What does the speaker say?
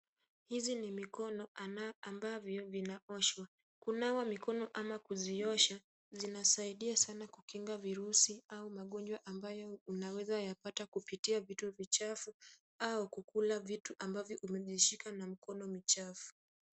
Hizi ni mikono ambavyo vinaoshwa , kunawa mikono ama kuziosha zinasaidia sana kukinga virusi au magonjwa ambayo unaweza kuyapata kupitia vitu vichafu, au kukula vitu ambavyo umevishika na mikono michafu .